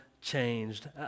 changed